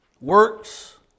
works